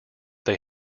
they